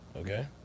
Okay